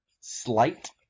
slight